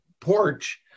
porch